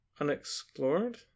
Unexplored